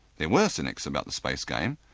there were cynics about the space game,